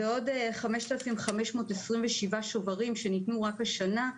ועוד 5,527 שוברים שניתנו רק לשנה,